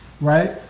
right